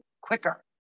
quicker